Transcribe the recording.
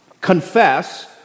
Confess